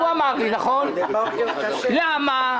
למה?